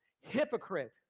Hypocrite